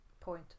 Point